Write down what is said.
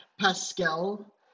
Pascal